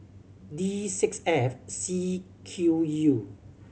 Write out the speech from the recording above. D six F C Q U